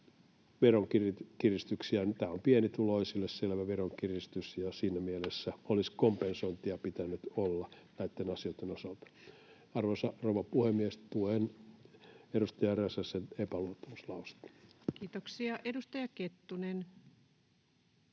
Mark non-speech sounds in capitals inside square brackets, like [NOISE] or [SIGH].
tämä on pienituloisille selvä veronkiristys, [NOISE] ja siinä mielessä olisi kompensointia pitänyt olla näitten asioitten osalta. Arvoisa rouva puhemies! Tuen edustaja Räsäsen epäluottamuslausetta. Kiitoksia. — Edustaja Kettunen.